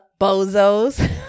bozos